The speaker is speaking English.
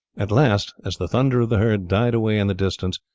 at last, as the thunder of the herd died away in the distance,